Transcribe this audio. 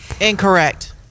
Incorrect